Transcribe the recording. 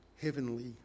heavenly